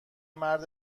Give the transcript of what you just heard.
مرد